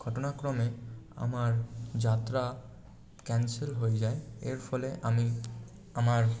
ঘটনাক্রমে আমার যাত্রা ক্যানসেল হয়ে যায় এর ফলে আমি আমার